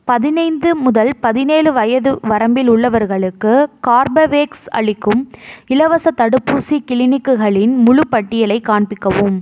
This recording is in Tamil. பதினைந்து முதல் பதினேழு வயது வரம்பில் உள்ளவர்களுக்கு கார்பவேக்ஸ் அளிக்கும் இலவசத் தடுப்பூசி கிளினிக்குகளின் முழுப்பட்டியலை காண்பிக்கவும்